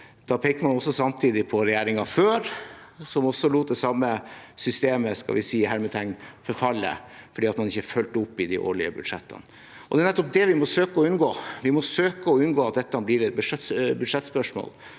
da peker man også samtidig på regjeringen før, som lot det samme systemet forfalle – i hermetegn – fordi man ikke fulgte opp i de årlige budsjettene. Det er nettopp det vi må søke å unngå. Vi må søke å unngå at dette blir et budsjettspørsmål,